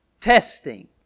Testing